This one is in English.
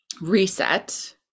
reset